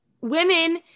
women